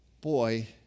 Boy